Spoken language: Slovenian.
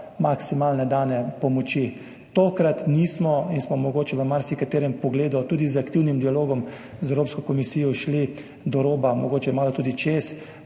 maksimalne dane pomoči. Tokrat nismo in smo zato mogoče v marsikaterem pogledu tudi z aktivnim dialogom z Evropsko komisijo šli do roba, mogoče malo tudi čez,